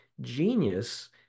genius